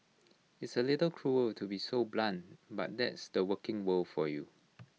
it's A little cruel to be so blunt but that's the working world for you